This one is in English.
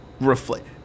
reflect